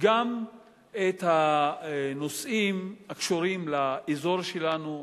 גם את הנושאים הקשורים לאזור שלנו,